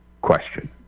question